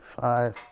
five